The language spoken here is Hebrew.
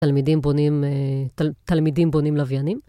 תלמידים בונים לוויינים.